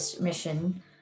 mission